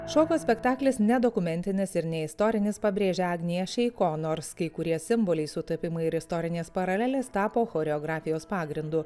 šokio spektaklis ne dokumentinis ir ne istorinis pabrėžia agnija šeiko nors kai kurie simboliai sutapimai ir istorinės paralelės tapo choreografijos pagrindu